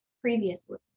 previously